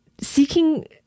seeking